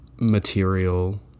material